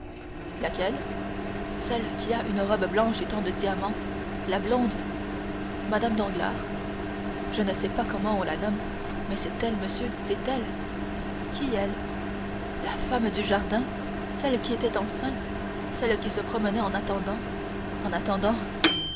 laquelle celle qui a une robe blanche et tant de diamants la blonde mme danglars je ne sais pas comment on la nomme mais c'est elle monsieur c'est elle qui elle la femme du jardin celle qui était enceinte celle qui se promenait en attendant en attendant